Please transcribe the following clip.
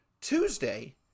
Tuesday